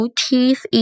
teeth